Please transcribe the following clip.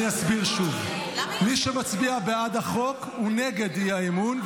אני אסביר שוב: מי שמצביע בעד הצעת החוק הוא נגד האי-אמון,